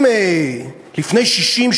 אם לפני 60,